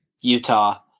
Utah